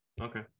Okay